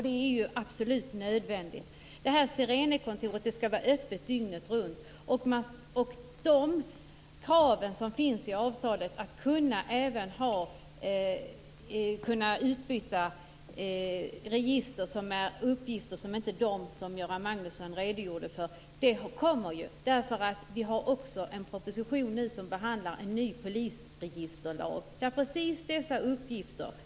Det är absolut nödvändigt. Sirenekontoret skall vara öppet dygnet runt. I och med avtalet kommer krav att ställas på att man även skall kunna utbyta andra uppgifter än dem som Göran Magnusson redogjorde för. Vi har ju också en proposition som behandlar en ny polisregisterlag, som gäller precis dessa uppgifter.